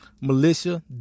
militia